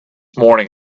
morning